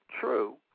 true